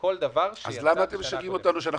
כל דבר שיצא בשנה הקודמת.